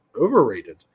overrated